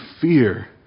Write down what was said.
fear